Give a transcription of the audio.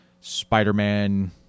Spider-Man